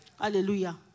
Hallelujah